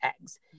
eggs